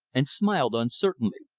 and smiled uncertainly.